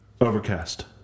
Overcast